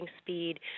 speed